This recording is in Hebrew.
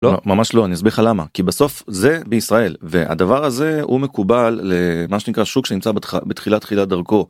לא, ממש לא, אני אסביר למה כי בסוף זה בישראל והדבר הזה הוא מקובל למה שנקרא שוק שנמצא בתחילת תחילת דרכו.